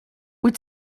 wyt